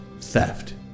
theft